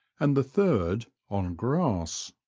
and the third on grass.